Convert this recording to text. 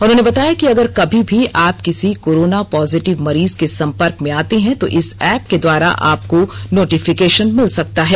उन्होंने बताया कि अगर कभी भी आप किसी कोरोना पॉजिटिव मरीज के संपर्क में आते हैं तो इस एप के द्वारा आपको नोटिफिकेशन मिल सकता है